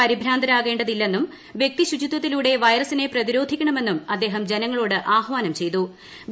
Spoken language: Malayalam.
പരിഭ്രാന്തരാകേണ്ടതില്ലെന്നും വ്യക്തി ശുചിത്വത്തിലൂടെ ഉസ്ഥെസിനെ പ്രതിരോധിക്കണമെന്നും അദ്ദേഹം ജനങ്ങളോട് ആഹ്വാനം പ്ല്ചെയ്തു